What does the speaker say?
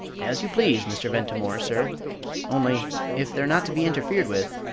as you please, mr. ventimore, sir only, if they're not to be interfered with,